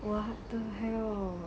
what the hell